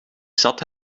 zat